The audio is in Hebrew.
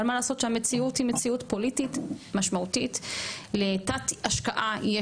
אבל מה לעשות שהמציאות היא מציאות פוליטית משמעותית לתת השקעה,